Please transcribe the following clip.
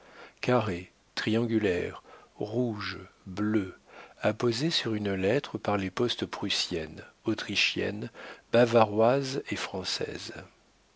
carrés triangulaires rouges bleus apposés sur une lettre par les postes prussienne autrichienne bavaroise et française